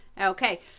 Okay